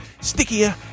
stickier